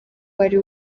wari